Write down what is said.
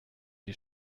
die